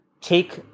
take